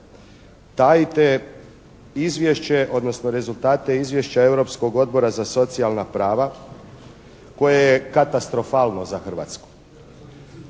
tajite izvješće odnosno rezultate izvješća europskog Odbora za socijalna prava koje je katastrofalno za Hrvatsku.